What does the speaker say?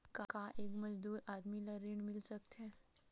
का एक मजदूर आदमी ल ऋण मिल सकथे?